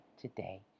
today